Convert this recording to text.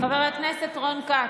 חבר הכנסת רון כץ,